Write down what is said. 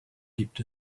gibt